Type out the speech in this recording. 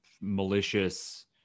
malicious